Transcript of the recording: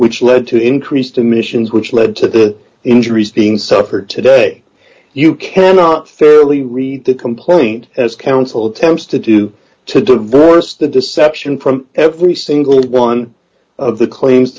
which led to increased emissions which led to the injuries being suffered today you cannot fairly read the complaint as counsel attempts to do to divorce the deception from every single one of the claims